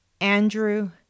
Andrew